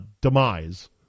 demise